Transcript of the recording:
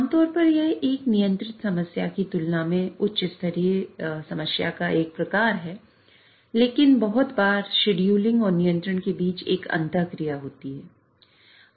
आमतौर पर यह एक नियंत्रित समस्या की तुलना में उच्च स्तरीय समस्या का एक प्रकार है लेकिन बहुत बार शेड्यूलिंग और नियंत्रण के बीच एक अंतः क्रिया होती है